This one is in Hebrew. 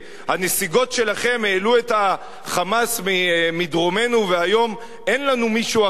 שהנסיגות שלכם העלו את ה"חמאס" מדרומנו והיום אין לנו מישהו אחר,